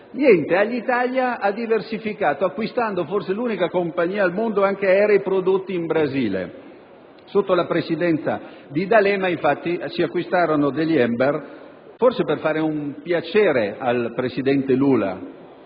Alitalia ha diversificato acquistando - forse l'unica compagnia al mondo - anche aerei prodotti in Brasile: sotto la presidenza di D'Alema, infatti, si acquistarono degli *embraer* forse per fare un piacere al presidente Lula